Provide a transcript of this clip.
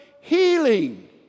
Healing